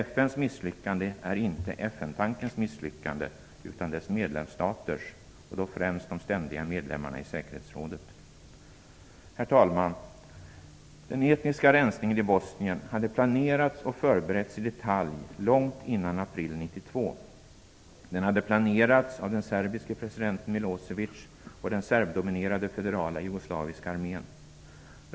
FN:s misslyckande är inte FN-tankens misslyckande utan dess medlemsstaters, och då främst de ständiga medlemmarna i säkerhetsrådet. Herr talman! Den etniska rensningen i Bosnien Hercegovina hade planerats och förberetts i detalj långt innan april 1992. Den hade planerats av den serbiske presidenten Milosevic och den serbdominerade federala jugoslaviska armén.